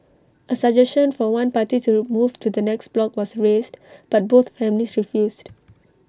A suggestion for one party to the move to the next block was raised but both families refused